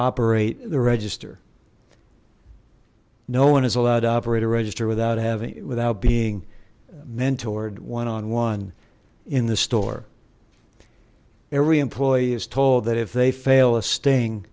operate the register no one is allowed to operate a register without having it without being mentored one on one in the store every employee is told that if they fail a sting